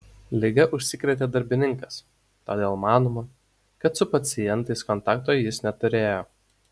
liga užsikrėtė darbininkas todėl manoma kad su pacientais kontakto jis neturėjo